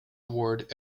award